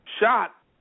shot